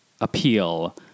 appeal